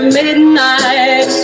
midnight